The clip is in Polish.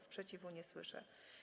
Sprzeciwu nie słyszę.